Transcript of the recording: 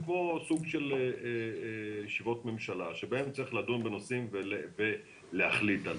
זה כמו סוג של ישיבות ממשלה בהן צריך לדון בנושאים ולהחליט עליהם.